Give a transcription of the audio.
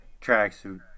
Tracksuit